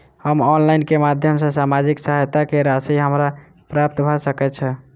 हम ऑनलाइन केँ माध्यम सँ सामाजिक सहायता केँ राशि हमरा प्राप्त भऽ सकै छै?